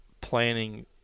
planning